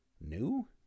new